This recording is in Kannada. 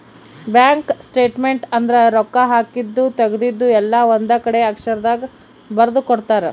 ಬ್ಯಾಂಕ್ ಸ್ಟೇಟ್ಮೆಂಟ್ ಅಂದ್ರ ರೊಕ್ಕ ಹಾಕಿದ್ದು ತೆಗ್ದಿದ್ದು ಎಲ್ಲ ಒಂದ್ ಕಡೆ ಅಕ್ಷರ ದಾಗ ಬರ್ದು ಕೊಡ್ತಾರ